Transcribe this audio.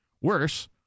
Worse